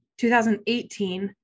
2018